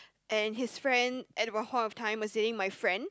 and his friend at about half of time must saying my friend